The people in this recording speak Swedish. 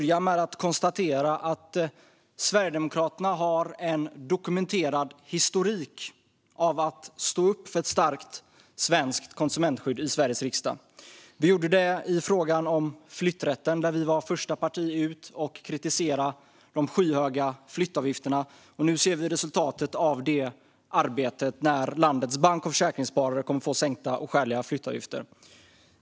Jag konstaterar att Sverigedemokraterna har en dokumenterad historik av att stå upp i Sveriges riksdag för ett starkt svenskt konsumentskydd. Vi gjorde det i fråga om flytträtten, där vi var första parti ut att kritisera de skyhöga flyttavgifterna. Vi ser resultatet av det arbetet nu när landets bank och försäkringssparare kommer att få sänkta och skäliga flyttavgifter.